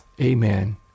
Amen